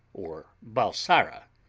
or balsara.